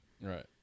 right